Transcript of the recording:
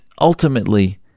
ultimately